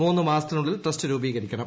മൂന്ന് മാസത്തിനുള്ളിൽ ട്രസ്റ്റ് രൂപീകരിക്കണം